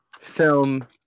film